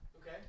Okay